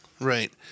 Right